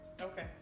okay